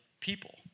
people